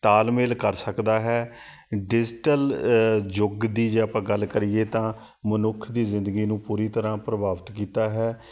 ਤਾਲਮੇਲ ਕਰ ਸਕਦਾ ਹੈ ਡਿਜੀਟਲ ਯੁੱਗ ਦੀ ਜੇ ਆਪਾਂ ਗੱਲ ਕਰੀਏ ਤਾਂ ਮਨੁੱਖ ਦੀ ਜ਼ਿੰਦਗੀ ਨੂੰ ਪੂਰੀ ਤਰ੍ਹਾਂ ਪ੍ਰਭਾਵਿਤ ਕੀਤਾ ਹੈ